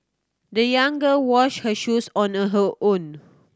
the young girl washed her shoes on her own